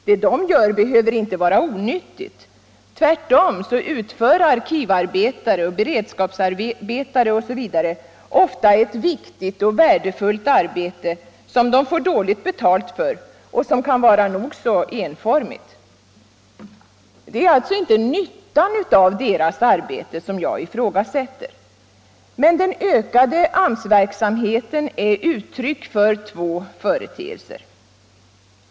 Det de gör behöver inte vara onyttigt; tvärtom utför arkivarbetare, beredskapsarbetare osv. ofta ett viktigt och värdefullt arbete som de får dåligt betalt för och som kan vara nog så enformigt. Det är alltså inte nyttan av deras arbete som jag ifrågasätter. Men den ökade AMS-verksamheten är uttryck för två företeelser.